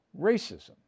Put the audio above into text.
racism